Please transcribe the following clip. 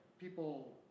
people